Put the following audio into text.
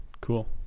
Cool